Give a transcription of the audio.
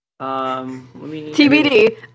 TBD